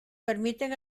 permiten